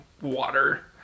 water